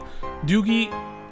Doogie